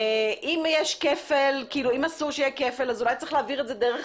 אם אסור שיהיה כפל, אז אולי צריך להעביר את זה דרך